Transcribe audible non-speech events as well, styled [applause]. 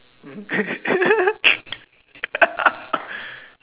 [laughs]